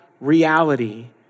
reality